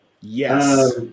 yes